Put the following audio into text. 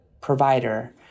provider